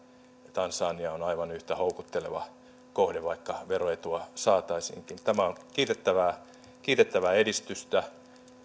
tansania on aivan yhtä houkutteleva kohde vaikka veroetua saataisiinkin tämä on kiitettävää kiitettävää edistystä